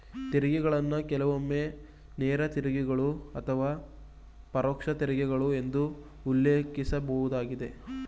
ತೆರಿಗೆಗಳನ್ನ ಕೆಲವೊಮ್ಮೆ ನೇರ ತೆರಿಗೆಗಳು ಅಥವಾ ಪರೋಕ್ಷ ತೆರಿಗೆಗಳು ಎಂದು ಉಲ್ಲೇಖಿಸಲಾಗುತ್ತದೆ